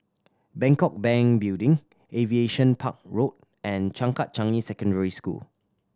Bangkok Bank Building Aviation Park Road and Changkat Changi Secondary School